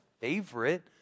favorite